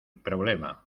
problema